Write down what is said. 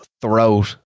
throat